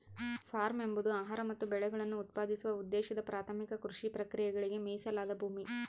form ಎಂಬುದು ಆಹಾರ ಮತ್ತು ಬೆಳೆಗಳನ್ನು ಉತ್ಪಾದಿಸುವ ಉದ್ದೇಶದ ಪ್ರಾಥಮಿಕ ಕೃಷಿ ಪ್ರಕ್ರಿಯೆಗಳಿಗೆ ಮೀಸಲಾದ ಭೂಮಿ